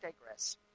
digress